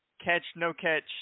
catch-no-catch